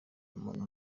muntu